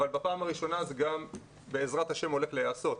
אבל בפעם הראשונה זה גם בעזרת השם הולך להיעשות.